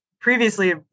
previously